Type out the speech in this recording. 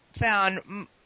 found